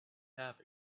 have